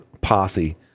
posse